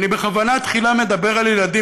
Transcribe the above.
אני בכוונה תחילה מדבר על ילדים,